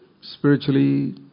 spiritually